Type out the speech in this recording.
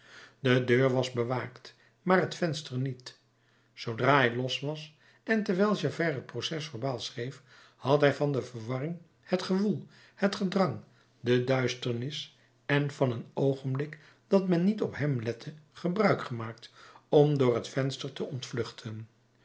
de deur was bewaakt maar het venster niet zoodra hij los was en terwijl javert het proces-verbaal schreef had hij van de verwarring het gewoel het gedrang de duisternis en van een oogenblik dat men niet op hem lette gebruik gemaakt om door het venster te ontvluchten